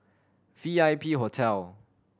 V I P Hotel